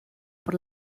por